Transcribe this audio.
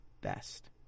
best